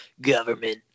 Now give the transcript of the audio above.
Government